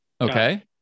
Okay